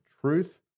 truth